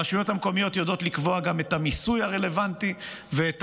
הרשויות המקומיות יודעות לקבוע גם את המיסוי הרלוונטי ואת